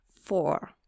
four